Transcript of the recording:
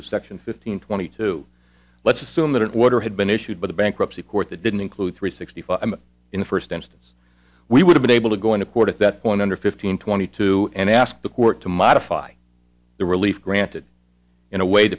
of section fifteen twenty two let's assume that it water had been issued by the bankruptcy court that didn't include three sixty five in the first instance we would have been able to go into court at that point under fifteen twenty two and ask the court to modify the relief granted in a way